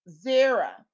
Zara